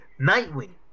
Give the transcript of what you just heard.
Nightwing